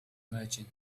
merchant